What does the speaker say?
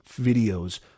videos